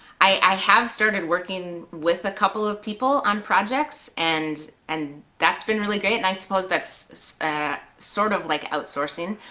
i have started working with a couple of people on projects, and and that's been really great, and i suppose that's sort of like outsourcing,